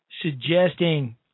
suggesting